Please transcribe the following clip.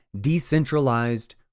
decentralized